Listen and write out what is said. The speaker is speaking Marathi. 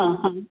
हां हां